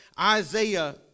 Isaiah